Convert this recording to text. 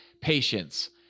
patience